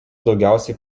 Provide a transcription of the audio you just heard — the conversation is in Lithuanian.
daugiausiai